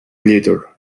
later